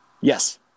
Yes